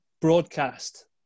broadcast